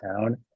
town